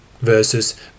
versus